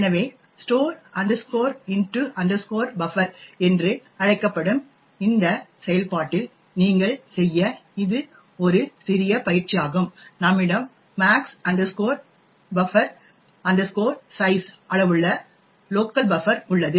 எனவே store into buffer என்று அழைக்கப்படும் இந்த செயல்பாட்டில் நீங்கள் செய்ய இது ஒரு சிறிய பயிற்சியாகும் நம்மிடம் max buf size அளவுள்ள லோகால் பஃப்பர் உள்ளது